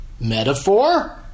Metaphor